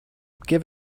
give